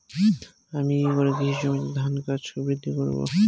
আমি কী করে কৃষি জমিতে ধান গাছ বৃদ্ধি করব?